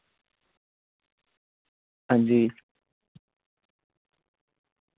हां जी